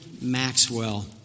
Maxwell